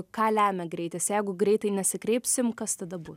ką lemia greitis jeigu greitai nesikreipsim kas tada bus